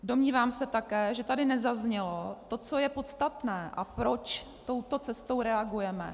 Domnívám se také, že tady nezaznělo to, co je podstatné a proč touto cestou reagujeme.